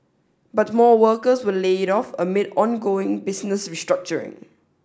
but more workers were laid off amid ongoing business restructuring